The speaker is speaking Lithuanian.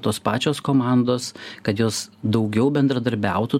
tos pačios komandos kad jos daugiau bendradarbiautų